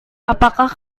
apakah